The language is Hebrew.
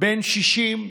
בן 60,